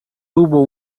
tuvo